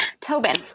Tobin